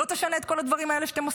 לא תשנה את כל הדברים האלה שאתם עושים?